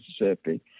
Mississippi